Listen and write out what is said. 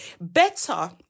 Better